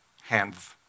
hands